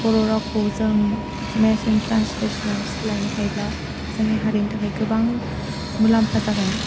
बर'रावखौ जों मेसिन ट्रानसलेसनाव सोलायनो हायोब्ला जोंनि हारिनि थाखाय गोबां मुलाम्फा जागोन